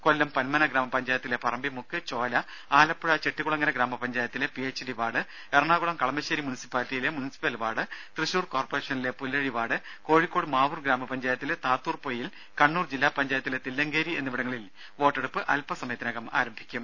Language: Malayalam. കൊല്ലം പന്മന ഗ്രാമപഞ്ചായത്തിലെ പറമ്പിമുക്ക് ചോല ആലപ്പുഴ ചെട്ടികുളങ്ങര ഗ്രാമപഞ്ചായത്തിലെ P H D ward Ernakulam Kalamassery മുനിസിപ്പാലിറ്റിയിലെ മുൻസിപ്പൽ വാർഡ് തൃശൂർ കോർപ്പറേഷനിലെ പുല്ലഴി വാർഡ് കോഴിക്കോട് മാവൂർ ഗ്രാമപഞ്ചായത്തിലെ താത്തൂർപൊയ്യിൽ കണ്ണൂർ ജില്ലാപഞ്ചായ ത്തിലെ തില്ലങ്കേരി എന്നിവിടങ്ങളിൽ വോട്ടെടുപ്പ് അൽപ സമയത്തിനകം ആരംഭിക്കും